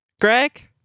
Greg